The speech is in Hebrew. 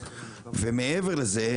מעבר לכך,